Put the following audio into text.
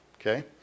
okay